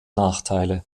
nachteile